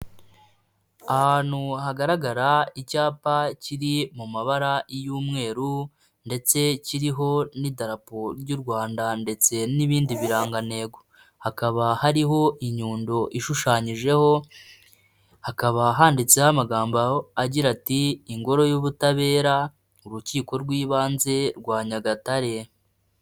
Ahantu hagaragara icyapa kiri mu mabara y'umweru ndetse kiriho n'idarapo ry'u Rwanda ndetse n'ibindi birangantego, hakaba hariho inyundo ishushanyijeho, hakaba handitseho amagambo agira ati "ingoro y'ubutabera urukiko rw'ibanze rwa Nyagatare".